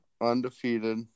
Undefeated